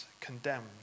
Condemned